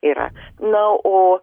yra na o